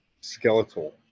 skeletal